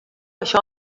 això